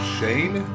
Shane